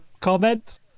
comment